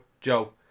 Joe